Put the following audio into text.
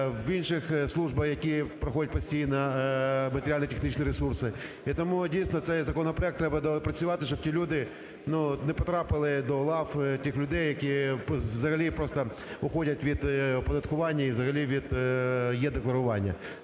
в інших службах, які проходять постійно матеріально-технічні ресурси. І тому дійсно цей законопроект треба доопрацювати, щоб ті люди, ну, не потрапили до лав тих людей, які взагалі просто уходять від оподаткування і взагалі від Е-декларування.